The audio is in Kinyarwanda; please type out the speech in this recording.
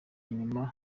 inyuma